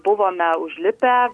buvome užlipę